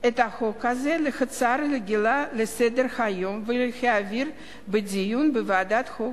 אותה להצעה רגילה לסדר-היום ולהעבירה לדיון בוועדת החוקה,